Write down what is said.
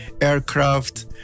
aircraft